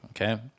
Okay